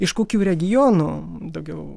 iš kokių regionų daugiau